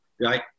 right